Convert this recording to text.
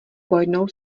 pojednou